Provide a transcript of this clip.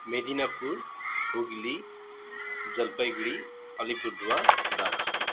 Medinipur Hooghly Jalpaiguri Alipurduar Darjeeling